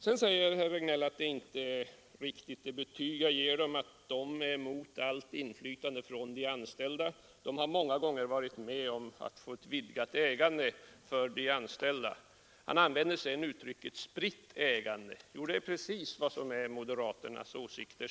Sedan säger herr Regnéll att det inte är ett riktigt betyg som jag ger moderaterna, nämligen att de är emot allt inflytande från de anställda. Moderaterna har många gånger varit med om att få ett vidgat ägande för de anställda. Han använder sedan uttrycket ”spritt ägande”, ja, det är precis vad som motsvarar moderaternas åsikter.